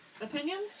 Opinions